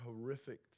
horrific